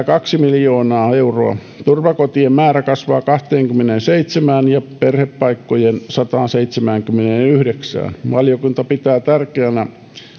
kaksi miljoonaa euroa turvakotien määrä kasvaa kahteenkymmeneenseitsemään ja perhepaikkojen sataanseitsemäänkymmeneenyhdeksään valiokunta pitää tärkeänä